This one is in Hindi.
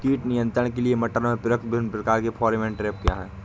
कीट नियंत्रण के लिए मटर में प्रयुक्त विभिन्न प्रकार के फेरोमोन ट्रैप क्या है?